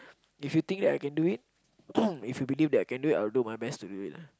if you think that I can do it if you believe that I can do it I will do my best to do it lah